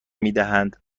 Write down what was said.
میدهند